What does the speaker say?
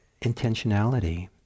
intentionality